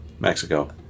Mexico